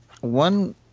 one